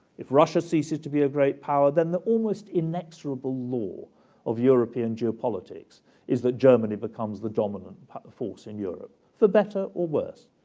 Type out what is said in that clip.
if russia ceases to be a great power, then the almost inexorable law of european geopolitics is that germany becomes the dominant force in europe. for better or worse,